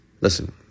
Listen